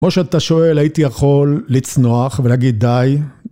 כמו שאתה שואל, הייתי יכול לצנוח ולהגיד די.